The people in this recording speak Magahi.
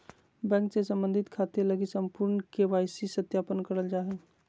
बैंक से संबंधित खाते लगी संपूर्ण के.वाई.सी सत्यापन करल जा हइ